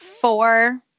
four